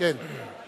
אנחנו